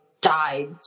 died